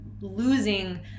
losing